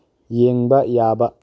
ꯌꯦꯡꯕ ꯌꯥꯕ